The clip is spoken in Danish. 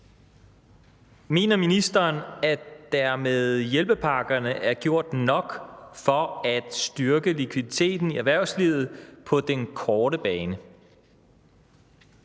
Mener ministeren, at der med hjælpepakkerne er gjort nok for at styrke likviditeten i erhvervslivet på den korte bane?